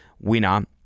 winner